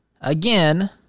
again